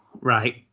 Right